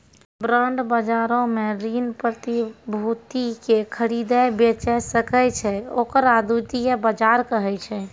bond बजारो मे ऋण प्रतिभूति के खरीदै बेचै सकै छै, ओकरा द्वितीय बजार कहै छै